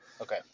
okay